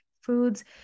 foods